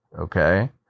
Okay